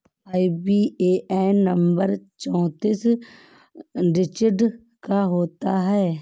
IBAN number चौतीस digit का होता है